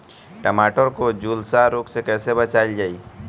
टमाटर को जुलसा रोग से कैसे बचाइल जाइ?